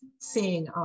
Seeing